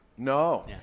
No